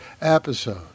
episode